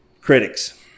Critics